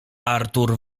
artur